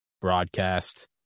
broadcast